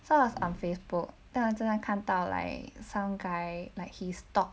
so I on facebook 但我真的看到 like some guy like he stalk